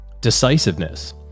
decisiveness